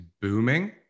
booming